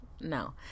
No